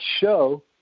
show